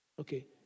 okay